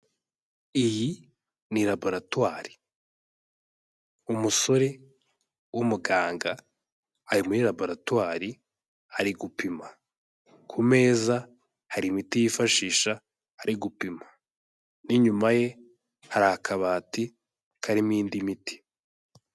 Iyi ni laboratwari, umusore w'umuganga ari muri laboratwari ari gupima, ku meza hari imiti yifashisha ari gupima, n'inyuma ye hari akabati karimo indi miti.